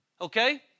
Okay